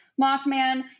mothman